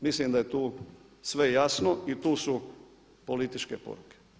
Mislim da je tu sve jasno i tu su političke poruke.